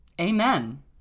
Amen